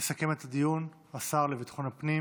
יסכם את הדיון השר לביטחון הפנים